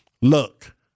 look